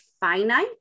finite